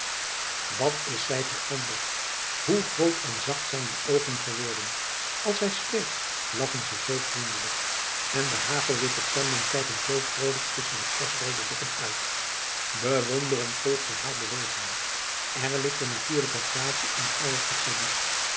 wat is zij veranderd hoe groot en zacht zijn die oogen geworden als zij spreekt lachen ze zoo vriendelijk en de hagelwitte tanden kijken zoo vroolijk tusschen de kersroode lippen uit bewonderend volgt hij haar bewegingen er ligt een natuurlijke gratie in alles wat zij doet